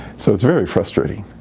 so it's very frustrating.